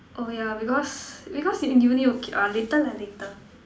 oh ya because because in Uni okay ah later lah later